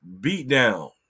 beatdown